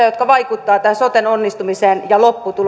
jotka vaikuttavat tämän soten onnistumiseen ja